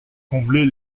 combler